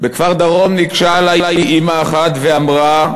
"בכפר-דרום ניגשה אלי אימא אחת ואמרה: